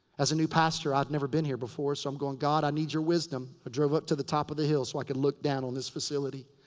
as a new pastor. i had never been here before so i'm going, god, i need your wisdom. i ah drove up to the top of the hill so i could look down on this facility.